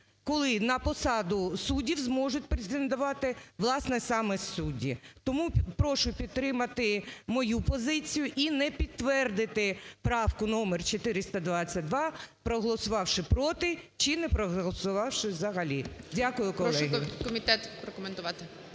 коли на посаду суддів зможуть претендувати, власне, саме судді. Тому прошу підтримати мою позицію і не підтвердити правку номер 422, проголосувавши "проти" чи не проголосувавши взагалі. Дякую, колеги. ГОЛОВУЮЧИЙ. Прошу комітет прокоментувати.